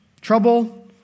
trouble